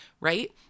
right